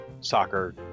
soccer